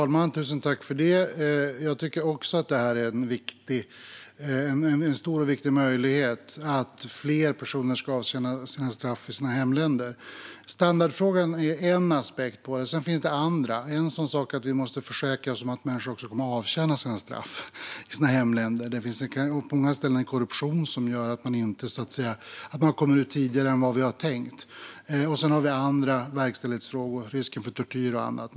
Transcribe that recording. Fru talman! Jag tycker också att det är en stor och viktig möjlighet att fler personer ska avtjäna sina straff i sina hemländer. Standardfrågan är en aspekt på detta; sedan finns det andra. En är att vi måste försäkra oss om att människor kommer att avtjäna sina straff i sina hemländer. Det finns på många ställen korruption som gör att man kommer ut tidigare än vi har tänkt. Sedan har vi verkställighetsfrågor - risken för tortyr och annat.